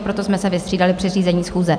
Proto jsme se vystřídali při řízení schůze.